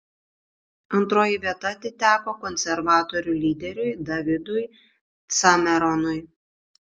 antroji vieta atiteko konservatorių lyderiui davidui cameronui